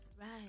Right